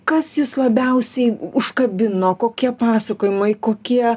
kas jus labiausiai užkabino kokie pasakojimai kokie